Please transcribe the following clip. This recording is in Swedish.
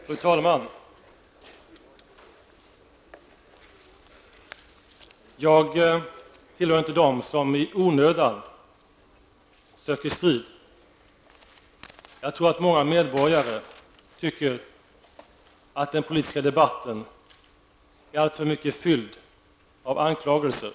Fru talman! Jag tillhör inte dem som i onödan söker strid. Men jag tror att många medborgare tycker att den politiska debatten alltför mycket är full av anklagelser.